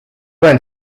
pean